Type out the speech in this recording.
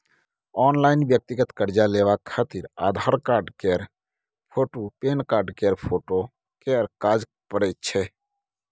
online व्यक्तिगत कर्जा लेबाक खातिर आधार कार्ड केर फोटु, पेनकार्ड केर फोटो केर काज परैत छै